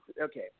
Okay